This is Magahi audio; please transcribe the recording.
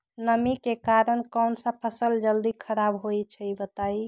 नमी के कारन कौन स फसल जल्दी खराब होई छई बताई?